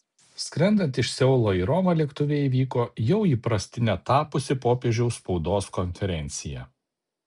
skrendant iš seulo į romą lėktuve įvyko jau įprastine tapusi popiežiaus spaudos konferencija